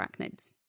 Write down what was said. arachnids